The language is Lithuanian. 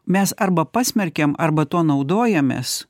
mes arba pasmerkiam arba tuo naudojamės